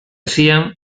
hacían